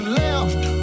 left